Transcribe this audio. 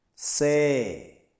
Say